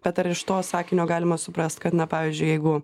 bet ar iš to sakinio galima suprast kad na pavyzdžiui jeigu